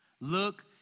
Look